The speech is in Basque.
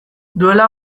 duela